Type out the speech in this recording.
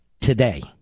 today